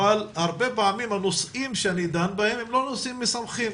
אבל הרבה פעמים הנושאים שאני דן בהם הם לא נושאים משמחים,